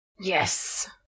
Yes